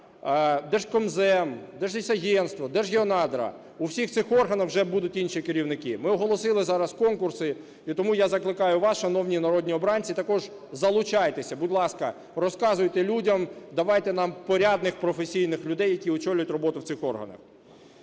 Держкомзем, Держлісагентство, Держгеонадра. У всіх цих органів вже будуть інші керівники. Ми оголосили зараз конкурси, і тому я закликаю вас, шановні народні обранці, також залучайтеся. Будь ласка, розказуйте людям, давайте нам порядних професійних людей, які очолять роботу в цих органах.